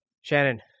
Shannon